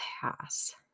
pass